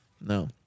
No